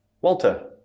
Walter